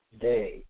day